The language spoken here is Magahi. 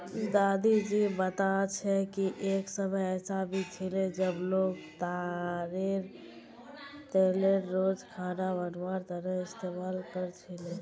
दादी जी बता छे कि एक समय ऐसा भी छिले जब लोग ताडेर तेलेर रोज खाना बनवार तने इस्तमाल कर छीले